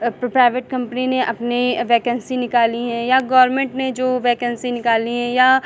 private company ने अपने vacancy निकाली है या गवर्नमेंट ने जो वैकेंसी निकाली है या